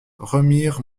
remire